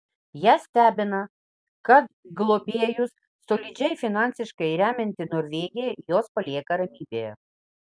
ją stebina kad globėjus solidžiai finansiškai remianti norvegija juos palieka ramybėje